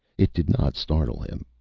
it did not startle him,